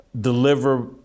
deliver